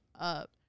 up